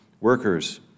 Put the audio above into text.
workers